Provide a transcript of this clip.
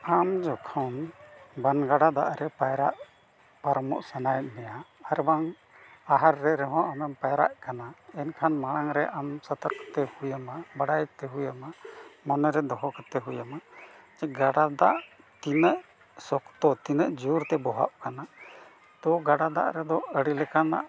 ᱟᱢ ᱡᱚᱠᱷᱚᱱ ᱵᱟᱱ ᱜᱟᱰᱟ ᱫᱟᱜ ᱨᱮ ᱯᱟᱭᱨᱟᱜ ᱯᱟᱨᱚᱢᱚᱜ ᱥᱟᱱᱟᱭᱮᱫ ᱢᱮᱭᱟ ᱟᱨ ᱵᱟᱝ ᱟᱦᱟᱨ ᱨᱮ ᱨᱮᱦᱚᱸ ᱟᱢᱮᱢ ᱯᱟᱭᱨᱟᱜ ᱠᱟᱱᱟ ᱮᱱᱠᱷᱟᱱ ᱢᱟᱲᱟᱝ ᱨᱮ ᱟᱢ ᱥᱚᱛᱚᱨᱠᱚ ᱛᱟᱦᱮᱸ ᱦᱩᱭ ᱟᱢᱟ ᱵᱟᱲᱟᱭ ᱛᱮ ᱦᱩᱭ ᱟᱢᱟ ᱢᱚᱱᱮ ᱨᱮ ᱫᱚᱦᱚ ᱠᱟᱛᱮ ᱦᱩᱭ ᱟᱢᱟ ᱜᱟᱰᱟ ᱫᱟᱜ ᱛᱤᱱᱟᱹᱜ ᱥᱚᱠᱛᱚ ᱛᱤᱱᱟᱹᱜ ᱡᱳᱨ ᱛᱮ ᱵᱚᱦᱟᱜ ᱠᱟᱱᱟ ᱛᱚ ᱜᱟᱰᱟ ᱫᱟᱜ ᱨᱮᱫᱚ ᱟᱹᱰᱤ ᱞᱮᱠᱟᱱᱟᱜ